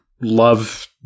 love